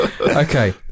okay